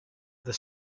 the